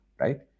right